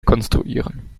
konstruieren